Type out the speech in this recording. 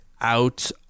out